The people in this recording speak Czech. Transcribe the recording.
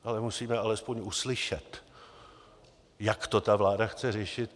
Ale musíme aspoň uslyšet, jak to ta vláda chce řešit.